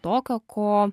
tokio ko